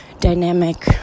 dynamic